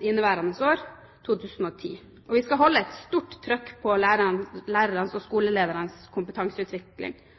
inneværende år – i 2010. Vi skal holde et stort trykk på lærernes og skoleledernes kompetanseutvikling.